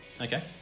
Okay